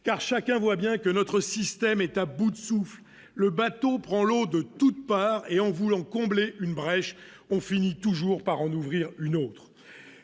car chacun voit bien que notre système est à bout de souffle le bateau prend l'eau de toutes parts et en voulant combler une brèche, on finit toujours par en ouvrir une autre,